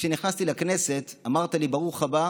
כשנכנסתי לכנסת, אמרת לי: ברוך הבא